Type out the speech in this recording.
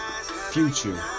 future